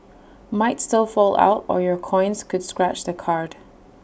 might still fall out or your coins could scratch the card